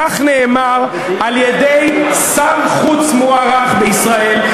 כך נאמר על-ידי שר חוץ מוערך בישראל,